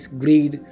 greed